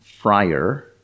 friar